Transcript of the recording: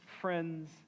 friends